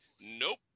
Nope